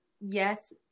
yes